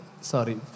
Sorry